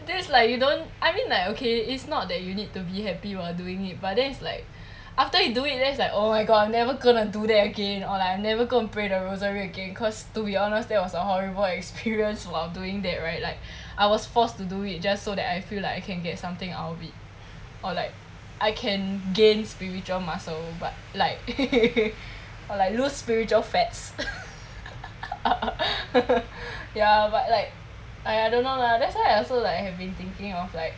there's like you don't I mean like okay it's not that you need to be happy while doing it but then it's like after you do it then it's like oh my god I'm never gonna do that again or like I'm never go and pray the rosary again because to be honest that was a horrible experience while doing that right like I was forced to do it just so that I feel like I can get something out of it or like I can gain spiritual muscle but like like lose spiritual fats ya but like I don't know lah that's why I also like I have been thinking of like